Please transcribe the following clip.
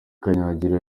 kanyangira